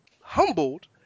humbled